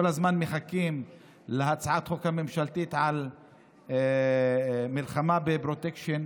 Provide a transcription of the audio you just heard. כל הזמן מחכים להצעת החוק הממשלתית על מלחמה בפרוטקשן.